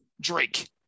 Drake